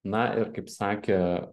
na ir kaip sakė